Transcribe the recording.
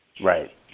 Right